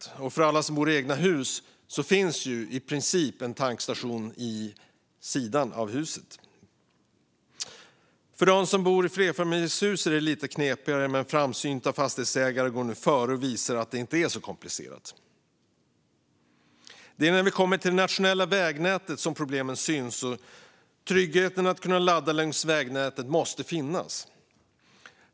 För alla som bor i eget hus finns tankstationen i princip på sidan av huset. För dem som bor i flerfamiljshus är det lite knepigare, men framsynta fastighetsägare går nu före och visar att det inte är så komplicerat. Det är när vi kommer till det nationella vägnätet som problemen syns. Tryggheten att kunna ladda längs vägnätet måste finnas.